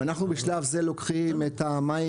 ואנחנו בשלב זה לוקחים את המים,